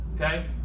Okay